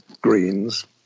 greens